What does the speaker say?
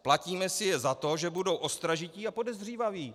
Platíme si je za to, že budou ostražití a podezřívaví.